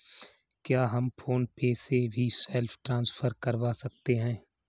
क्या हम फोन पे से भी सेल्फ ट्रांसफर करवा सकते हैं?